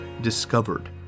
discovered